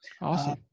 Awesome